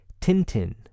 Tintin